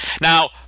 Now